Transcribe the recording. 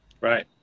Right